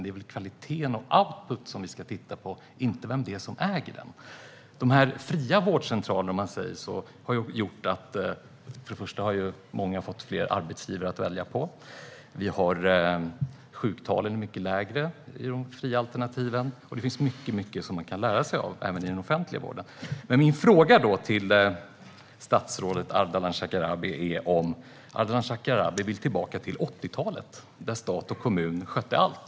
Det är väl kvalitet och output som vi ska titta på, inte vem som äger en vårdcentral? Dessa fria vårdcentraler har gjort att många har fått fler arbetsgivare att välja mellan, sjuktalen är mycket lägre i de fria alternativen och det finns mycket man kan lära sig av detta även i den offentliga vården. Min fråga till statsrådet Ardalan Shekarabi är om han vill tillbaka till 1980-talet då stat och kommun skötte allt.